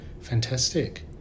Fantastic